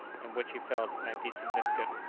and which, he felt, might be significant.